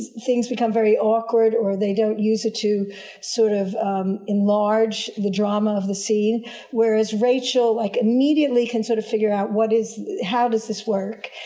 things become very awkward, or they don't use it to sort of enlarge the drama of the scene whereas rachel, like, immediately can sort of figure out what is how does this work.